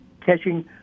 catching